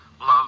Love